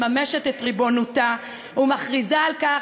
שבה מדינת ישראל מממשת את ריבונותה ומכריזה על כך